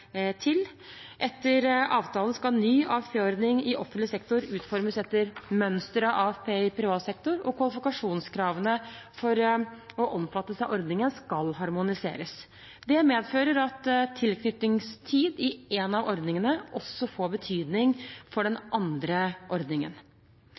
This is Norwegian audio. til. Etter avtalen skal ny AFP-ordning i offentlig sektor utformes etter mønster av AFP i privat sektor, og kvalifikasjonskravene for å omfattes av ordningen skal harmoniseres. Det medfører at tilknytningstid i en av ordningene også får betydning for den